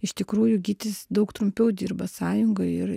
iš tikrųjų gytis daug trumpiau dirba sąjungai ir